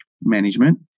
management